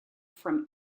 from